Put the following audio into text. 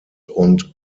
und